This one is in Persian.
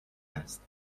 است